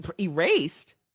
erased